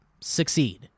succeed